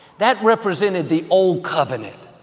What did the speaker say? that represented the old covenant,